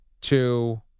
two